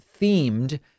themed